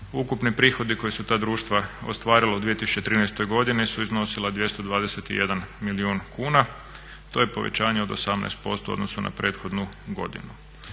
Ukupni prihodi koji su ta društva ostvarila u 2013. godini su iznosila 221 milijun kuna, to je povećanje od 18% u odnosu na prethodnu godinu.